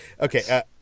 okay –